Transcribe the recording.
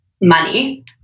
money